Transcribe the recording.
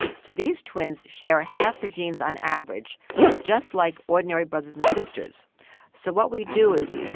so these twins share ah half the genes on average just like ordinary brothers and sisters so what we do is,